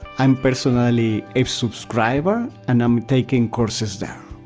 i'm personally a subscriber and i'm taking courses there.